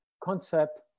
concept